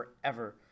forever